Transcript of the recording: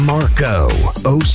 Marco